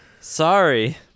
Sorry